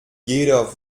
jeder